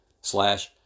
slash